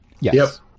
Yes